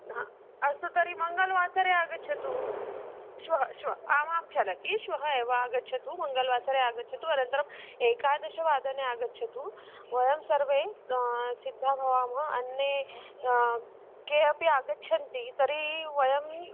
हा अस्तु तर्हि मङ्गलवासरे आगच्छतु श्वः श्वः आमां चलति श्वः एव आगच्छतु मङ्गलवासरे आगच्छतु अनन्तरम् एकादशवादने आगच्छतु वयं सर्वे सिद्धाः भवामः अन्ये के अपि आगच्छन्ति तर्हि वयं